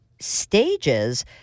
stages